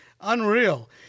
Unreal